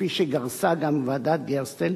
וכפי שגרסה גם ועדת-גרסטל,